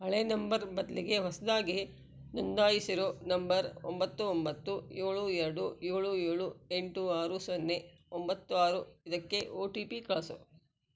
ಹಳೇ ನಂಬರ್ ಬದಲಿಗೆ ಹೊಸದಾಗಿ ನೋಂದಾಯಿಸಿರೊ ನಂಬರ್ ಒಂಬತ್ತು ಒಂಬತ್ತು ಏಳು ಎರಡು ಏಳು ಏಳು ಎಂಟು ಆರು ಸೊನ್ನೆ ಒಂಬತ್ತು ಆರು ಇದಕ್ಕೆ ಒ ಟಿ ಪಿ ಕಳಿಸು